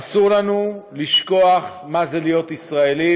אסור לנו לשכוח מה זה להיות ישראלים,